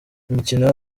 imikino